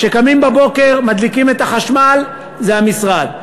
כשקמים בבוקר מדליקים את החשמל, זה המשרד.